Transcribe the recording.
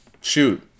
Shoot